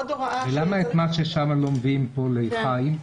ולמה את מה ששם לא מביאים לפה, לחיים?